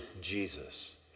Jesus